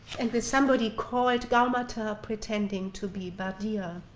and with somebody called gaumata pretending to be bardiya.